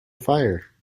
fire